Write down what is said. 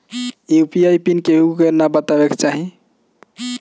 UPI pin केहू के बतावे के ना चाही